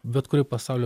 bet kur pasaulio